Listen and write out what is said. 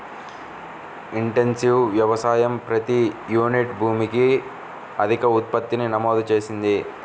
intensive వ్యవసాయం ప్రతి unit భూమికి అధిక ఉత్పత్తిని నమోదు చేసింది